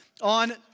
on